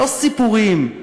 לא סיפורים,